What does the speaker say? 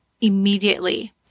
immediately